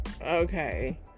Okay